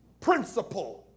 principle